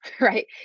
right